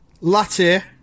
latte